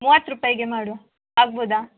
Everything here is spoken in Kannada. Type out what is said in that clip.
ಮೂವತ್ತು ರುಪಾಯಿಗೆ ಮಾಡುವ ಆಗ್ಬೋದ